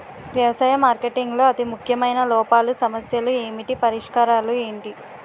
వ్యవసాయ మార్కెటింగ్ లో అతి ముఖ్యమైన లోపాలు సమస్యలు ఏమిటి పరిష్కారాలు ఏంటి?